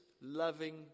loving